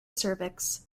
cervix